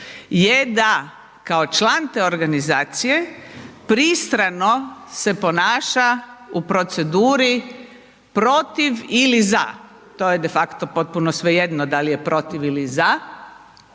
je da kao član te organizacije pristrano se ponaša u proceduri protiv ili za, to je de facto potpuno svejedno da li je protiv ili za